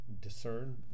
discern